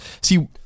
see